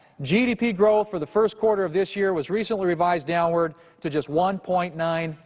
g d p. growth for the first quarter of this year was recently revised downward to just one point nine.